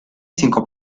cinco